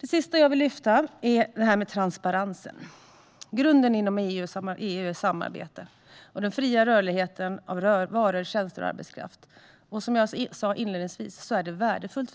Det sista jag vill lyfta fram är det här med transparens. Grunden inom EU är samarbete och den fria rörligheten av varor, tjänster och arbetskraft. Som jag sa inledningsvis är det värdefullt